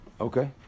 Okay